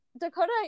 Dakota